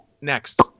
next